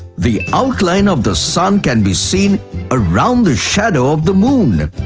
the outline of the sun can be seen around the shadow of the moon.